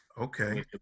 okay